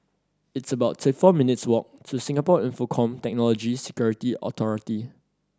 it's about four minutes walk to Singapore Infocomm Technology Security Authority